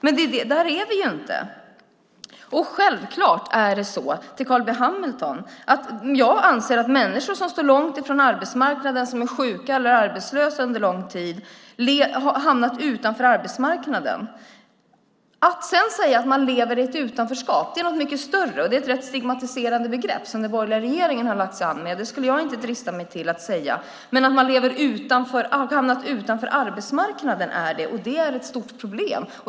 Men där är vi ju inte. Till Carl B Hamilton vill jag säga: Självklart anser jag att människor som står långt från arbetsmarknaden, som är sjuka eller arbetslösa under lång tid, har hamnat utanför arbetsmarknaden. Att sedan säga att de lever i utanförskap är något mycket större. Det är ett rätt stigmatiserande begrepp som den borgerliga regeringen har lagt sig till med. Jag skulle inte drista mig till att säga det. Men att de har hamnat utanför arbetsmarknaden är sant, och det är ett stort problem.